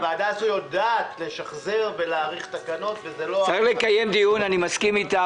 הוועדה הזאת יודעת לשחזר ולהאריך תקנות וזה לא --- אני מסכים אתך,